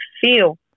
feel